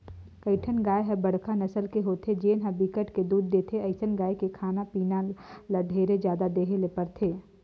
कइठन गाय ह बड़का नसल के होथे जेन ह बिकट के दूद देथे, अइसन गाय के खाना पीना ल ढेरे जादा देहे ले परथे